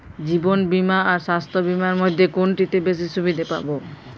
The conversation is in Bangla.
জীবন বীমা আর স্বাস্থ্য বীমার মধ্যে কোনটিতে বেশী সুবিধে পাব?